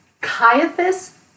Caiaphas